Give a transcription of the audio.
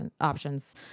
options